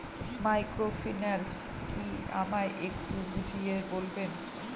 Microfinance কি আমায় একটু বুঝিয়ে বলবেন?